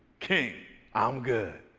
king, i'm good.